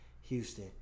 Houston